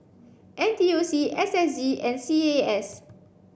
N T U C S S G and C A S